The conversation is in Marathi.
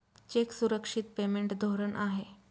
चेक सुरक्षित पेमेंट धोरण आहे